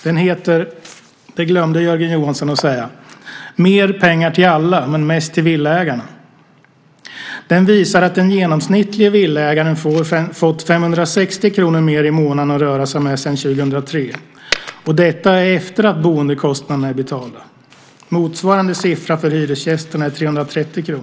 Den heter - det glömde Jörgen Johansson att säga - "Mer pengar till alla, men mest till villaägarna". Den visar att den genomsnittlige villaägaren fått 560 kr mer i månaden att röra sig med sedan 2003 - detta efter det att boendekostnaderna är betalda. Motsvarande siffra för hyresgästerna är 330 kr.